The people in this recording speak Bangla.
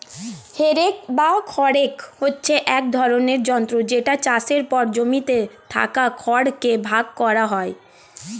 হে রেক বা খড় রেক হচ্ছে এক ধরণের যন্ত্র যেটা চাষের পর জমিতে থাকা খড় কে ভাগ করা হয়